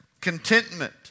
contentment